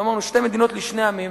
ואמרנו: שני מדינות לשני עמים.